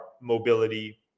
mobility